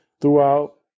throughout